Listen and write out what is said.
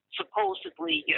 supposedly